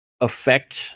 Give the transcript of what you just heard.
affect